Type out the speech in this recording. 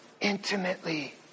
intimately